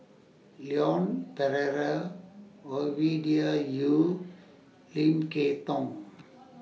Leon Perera Ovidia Yu Lim Kay Tong